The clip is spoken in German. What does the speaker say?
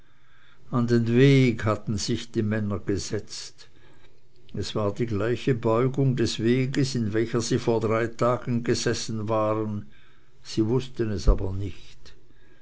an den weg hatten sich die männer gesetzt es war die gleiche beugung des weges in welcher sie vor drei tagen gesessen waren sie wußten es aber nicht